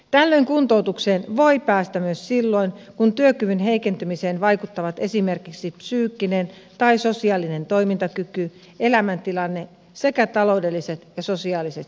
tällöin kuntoutukseen voi päästä myös silloin kun työkyvyn heikentymiseen vaikuttavat esimerkiksi psyykkinen tai sosiaalinen toimintakyky elämäntilanne sekä taloudelliset ja sosiaaliset seikat